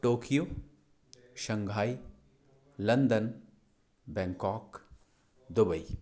Tokyo Shanghai London Bangkok Dubai